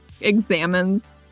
examines